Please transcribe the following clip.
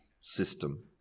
system